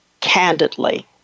candidly